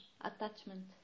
attachment